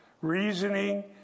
reasoning